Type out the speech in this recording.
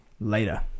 Later